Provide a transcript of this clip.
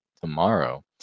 tomorrow